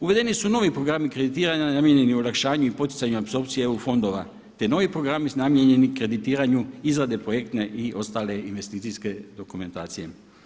Uvedeni su novi programi kreditiranja namijenjeni olakšanju i poticanju apsorpcije EU fondova te novi programi namijenjeni kreditiranju izrade projektne i ostale investicijske dokumentacije.